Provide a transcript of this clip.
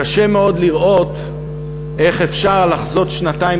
קשה מאוד לראות איך אפשר לחזות שנתיים